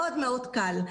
מאוד מאוד קל.